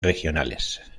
regionales